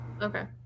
Okay